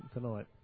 tonight